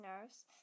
nerves